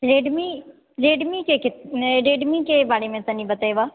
Redmi Redmi के Redmi के बारेमे तनी बतैबऽ